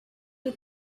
did